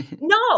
no